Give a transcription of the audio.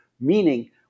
Meaning